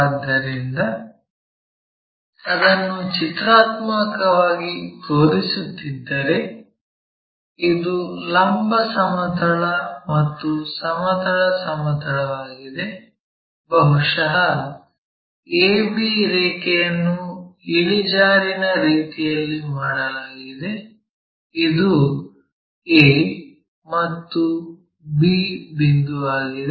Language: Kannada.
ಆದ್ದರಿಂದ ಅದನ್ನು ಚಿತ್ರಾತ್ಮಕವಾಗಿ ತೋರಿಸುತ್ತಿದ್ದರೆ ಇದು ಲಂಬ ಸಮತಲ ಮತ್ತು ಸಮತಲ ಸಮತಲವಾಗಿದೆ ಬಹುಶಃ AB ರೇಖೆಯನ್ನು ಇಳಿಜಾರಿನ ರೀತಿಯಲ್ಲಿ ಮಾಡಲಾಗಿದೆ ಇದು A ಮತ್ತು B ಬಿಂದುವಾಗಿದೆ